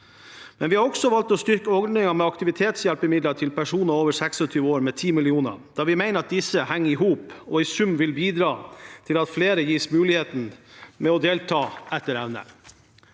Vi har også valgt å styrke ordningen med aktivitetshjelpemidler til personer over 26 år med 10 mill. kr, da vi mener at disse henger i hop og i sum vil bidra til at flere gis muligheten til å delta etter evne.